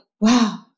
wow